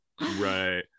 Right